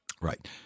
Right